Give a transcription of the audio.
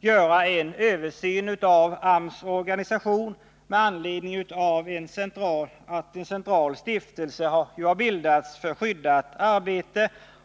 göra en översyn av AMS organisation med anledning av att en central stiftelse har bildats för skyddat arbete.